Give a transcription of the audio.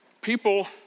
People